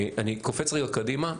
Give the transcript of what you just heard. אני קופץ קדימה (שקף: